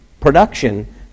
production